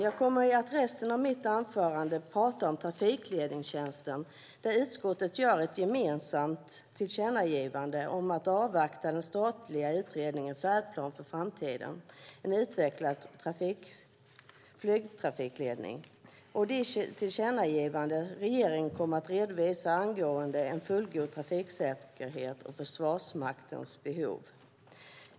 Jag kommer att i resten av mitt anförande tala om trafikledningstjänsten där utskottet gör ett gemensamt tillkännagivande om att avvakta den statliga utredningen Färdplan för framtiden - en utvecklad flygtrafiktjänst , och det tillkännagivande som regeringen kommer att redovisa angående en fullgod trafiksäkerhet och Försvarsmaktens behov.